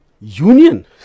Union